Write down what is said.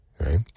right